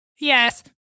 Yes